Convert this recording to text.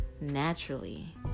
naturally